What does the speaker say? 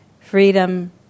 Freedom